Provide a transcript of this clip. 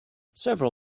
several